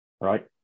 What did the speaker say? right